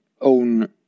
own